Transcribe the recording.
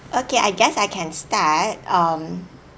okay I guess I can start um